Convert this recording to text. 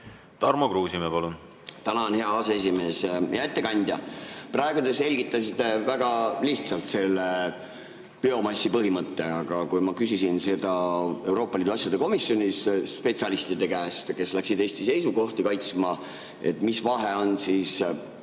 Tarmo Kruusimäe, palun! Tänan, hea aseesimees! Hea ettekandja! Praegu te selgitasite väga lihtsalt ära selle biomassi põhimõtte. Aga kui ma küsisin seda Euroopa Liidu asjade komisjoni spetsialistide käest, kes läksid Eesti seisukohti kaitsma, et mis vahe on ühel biomassil,